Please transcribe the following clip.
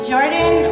Jordan